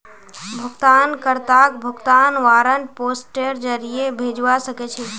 भुगतान कर्ताक भुगतान वारन्ट पोस्टेर जरीये भेजवा सके छी